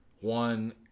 one